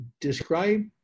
describe